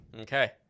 Okay